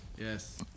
Yes